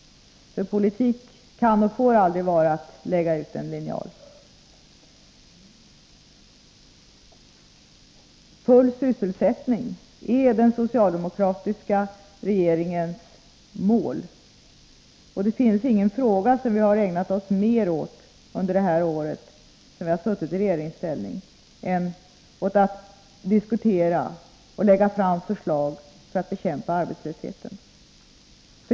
Politik kan och får aldrig vara att lägga ut en linjal. Full sysselsättning är den socialdemokratiska regeringens mål, och det finns ingen fråga som vi har ägnat oss mera åt under det år då vi har suttit i regeringsställning än åt att diskutera och lägga fram förslag för att bekämpa arbetslösheten.